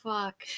Fuck